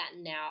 now